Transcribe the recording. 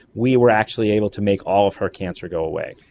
we were actually able to make all of her cancer go away.